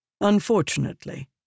Unfortunately